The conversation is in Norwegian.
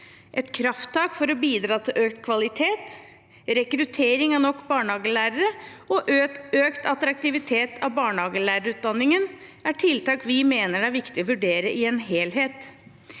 et krafttak for å bidra til økt kvalitet, rekruttering av nok barnehagelærere og økt attraktivitet for barnehagelærerutdanningen er tiltak vi mener er viktige å vurdere i en helhet.